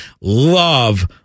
love